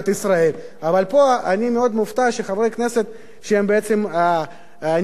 אבל פה אני מאוד מופתע שחברי כנסת שהם בעצם נמצאים כאן,